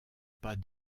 pas